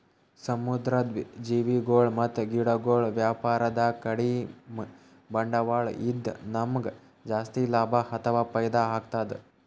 ಸಮುದ್ರ್ ಜೀವಿಗೊಳ್ ಮತ್ತ್ ಗಿಡಗೊಳ್ ವ್ಯಾಪಾರದಾಗ ಕಡಿಮ್ ಬಂಡ್ವಾಳ ಇದ್ದ್ ನಮ್ಗ್ ಜಾಸ್ತಿ ಲಾಭ ಅಥವಾ ಫೈದಾ ಆಗ್ತದ್